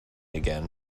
again